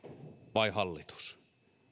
vai hallitus